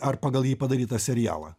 ar pagal jį padarytą serialą